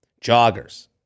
Joggers